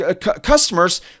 customers